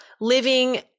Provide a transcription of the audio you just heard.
living